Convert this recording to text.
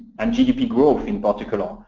and gdp growth in particular.